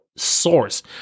Source